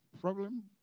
problem